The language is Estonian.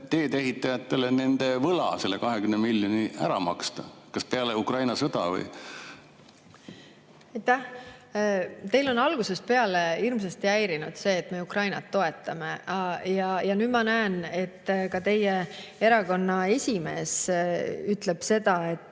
teedeehitajatele nende võla, selle 20 miljonit ära maksta? Kas peale Ukraina sõda? Aitäh! Teid on algusest peale hirmsasti häirinud see, et me Ukrainat toetame. Ja nüüd ma näen, et ka teie erakonna esimees ütleb seda, et